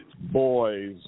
boys